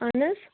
اہَن حظ